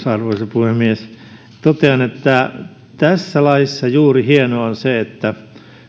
arvoisa puhemies totean että tässä laissa hienoa on juuri se että